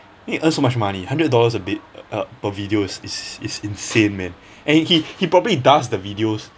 think he earn so much money hundred dollars a bit uh per videos is is is insane man and he he probably does the videos